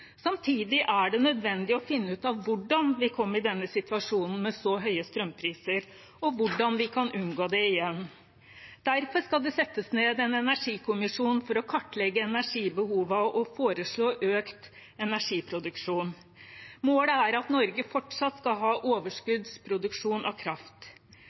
Samtidig er det nødvendig å finne ut av hvordan vi kom i denne situasjonen med så høye strømpriser, og hvordan vi kan unngå det igjen. Derfor skal det settes ned en energikommisjon for å kartlegge energibehovene og foreslå økt energiproduksjon. Målet er at Norge fortsatt skal ha overskuddsproduksjon av kraft.